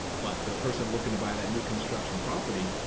but for the person looking to buy that new construction property,